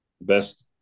Best